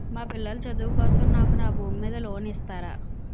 మా పిల్లల చదువు కోసం నాకు నా భూమి మీద లోన్ ఇస్తారా?